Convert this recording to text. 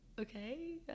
okay